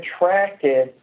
attracted